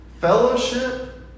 fellowship